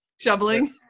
Shoveling